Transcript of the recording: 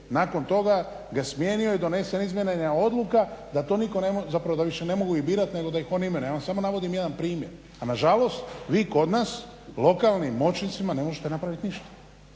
Nakon toga ga je smijenio i donesena je izmijenjena odluka da to nitko, zapravo da više ne mogu ih birati nego da ih on imenuje. Ja vam samo navodim jedan primjer. A na žalost vi kod nas lokalnim moćnicima ne možete napraviti ništa.